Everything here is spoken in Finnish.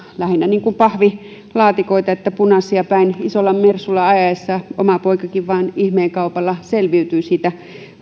lähinnä kuin pahvilaatikoita punaisia päin isolla mersulla ajaessa oma poikakin vain ihmeen kaupalla selviytyi siitä